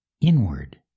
inward